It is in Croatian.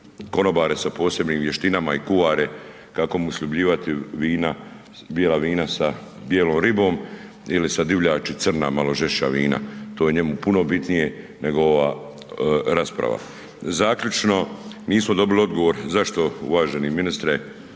konobare sa posebnim vještinama i kuhare kako mu sljubljivati vina, bijela vina sa bijelom ribom ili sa divljači crna, malo žešća vina. To je njemu puno bitnije nego ova rasprava. Zaključno, nismo dobili odgovor zašto uvaženi ministre,